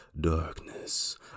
darkness